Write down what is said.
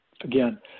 again